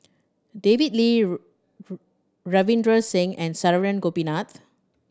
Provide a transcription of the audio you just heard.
David Lee Ravinder Singh and Saravanan Gopinathan